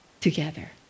together